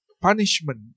punishment